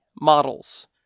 models